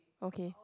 okay